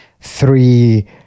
three